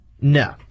No